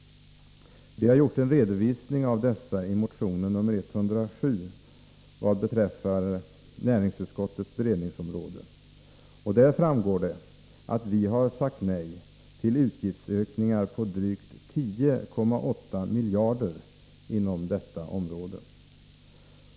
Vi har gjort en redovisning av dessa i motion nr 107 beträffande näringsutskottets beredningsområde. Där framgår att vi sagt nej till utgiftsökningar på drygt 10,8 miljarder inom detta område.